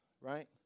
right